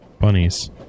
bunnies